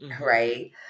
right